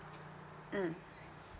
mm